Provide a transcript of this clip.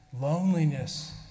loneliness